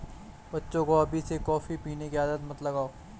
बच्चे को अभी से कॉफी पीने की आदत मत लगाओ